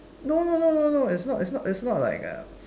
no no no no no it's not it's not it's not like uh